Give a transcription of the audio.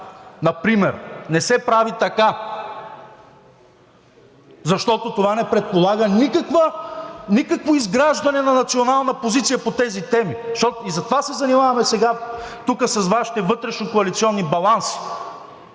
например. Не се прави така, защото това не предполага никакво изграждане на национална позиция по тези теми и затова се занимаваме сега тук с Вашите вътрешнокоалиционни баланси,